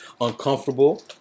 uncomfortable